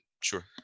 sure